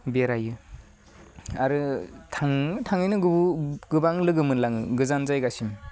बेरायो आरो थाङै थाङैनो गुबु गोबां लोगो मोनलाङो गोजान जायगासिम